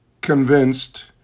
convinced